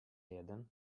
jeden